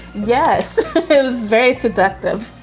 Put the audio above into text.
yes, it was very seductive.